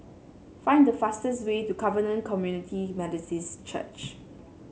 find the fastest way to Covenant Community Methodist Church